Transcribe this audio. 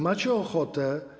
Macie ochotę.